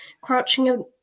crouching